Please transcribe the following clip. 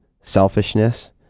selfishness